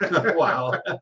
Wow